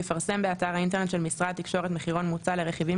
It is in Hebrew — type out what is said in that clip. יפרסם באתר האינטרנט של משרד התקשורת מחירון מוצע לרכיבים